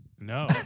No